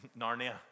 Narnia